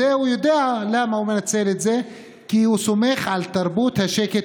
והוא יודע למה הוא מנצל את זה: כי הוא סומך על תרבות ה"שקט,